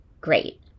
Great